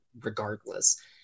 regardless